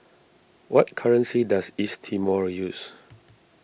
what currency does East Timor use